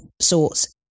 sorts